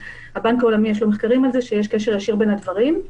לבנק העולמי יש מחקרים על זה שיש קשר ישיר בין הדברים.